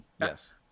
Yes